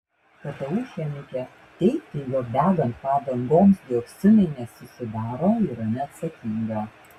ktu chemikė teigti jog degant padangoms dioksinai nesusidaro yra neatsakinga